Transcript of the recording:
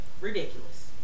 ridiculous